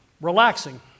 relaxing